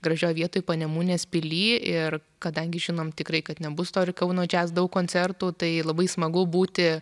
gražioj vietoj panemunės pily ir kadangi žinom tikrai kad nebus kauno džiaz daug koncertų tai labai smagu būti